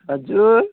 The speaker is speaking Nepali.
हजुर